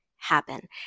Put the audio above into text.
happen